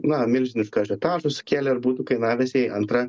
na milžinišką ažiotažą sukėlė ir būtų kainavęs jai antrą